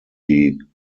die